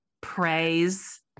praise